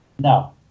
No